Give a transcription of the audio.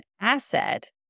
asset